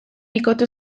bikote